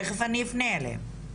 תכף אני אפנה אליהם.